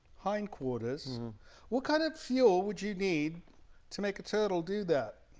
hindquarters what kind of fuel would you need to make a turtle do that